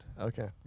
Okay